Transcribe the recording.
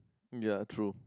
ya true